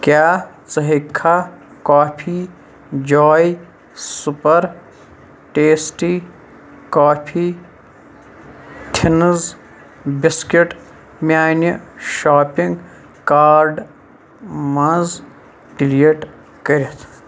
کیٛاہ ژٕ ہٮ۪کہٕ کھا کافی جواے سُپر ٹیٚسٹی کافی تھِنٕز بِسکِٹ میٛانہِ شاپنٛگ کارڈ منٛز ڈِلیٖٹ کٔرِتھ